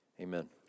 amen